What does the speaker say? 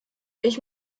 ich